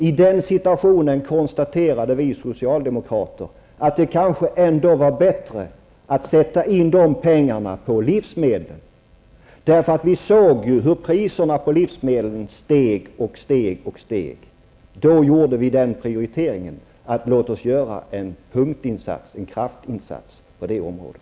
I den situationen konstaterade vi socialdemokrater att det kanske ändå var bättre att sätta in de pengarna i en sänkning av momsen på livsmedel, därför att vi såg hur priserna på livsmedel fortsatte att stiga. Vi gjorde den prioriteringen. Vi sade: Låt oss göra en punktinsats, en kraftinsats på det området.